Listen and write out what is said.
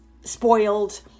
spoiled